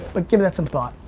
but give it some thought.